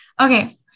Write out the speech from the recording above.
Okay